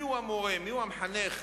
המורה והמחנך,